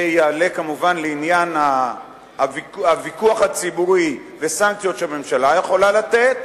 זה יעלה כמובן לעניין הוויכוח הציבורי וסנקציות שהממשלה יכולה לתת